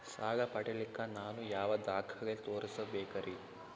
ಸಾಲ ಪಡಿಲಿಕ್ಕ ನಾನು ಯಾವ ದಾಖಲೆ ತೋರಿಸಬೇಕರಿ?